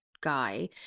guy